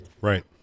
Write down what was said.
Right